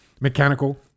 mechanical